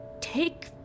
Take